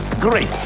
Great